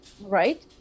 right